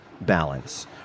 balance